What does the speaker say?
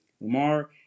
Lamar